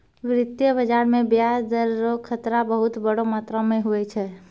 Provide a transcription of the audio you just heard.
वित्तीय बाजार मे ब्याज दर रो खतरा बहुत बड़ो मात्रा मे हुवै छै